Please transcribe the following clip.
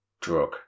drug